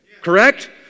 Correct